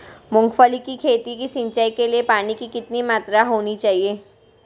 मूंगफली की खेती की सिंचाई के लिए पानी की कितनी मात्रा होनी चाहिए?